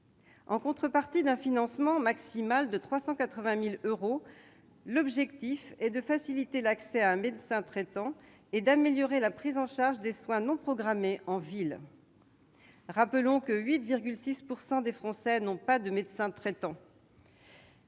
En contrepartie d'un financement maximal de 380 000 euros, l'objectif est de faciliter l'accès à un médecin traitant et d'améliorer la prise en charge des soins non programmés en ville. Rappelons que 8,6 % des Français n'ont pas de médecins traitants,